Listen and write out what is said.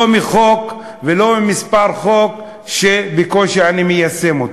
לא מחוק ולא ממספר חוק שבקושי אני מיישם אותו.